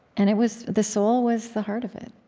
and it was the soul was the heart of it.